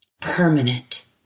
permanent